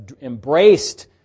embraced